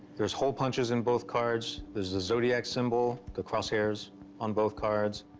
there's hole punches in both cards. there's the zodiac symbol, the crosshairs on both cards.